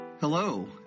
Hello